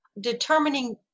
determining